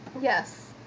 Yes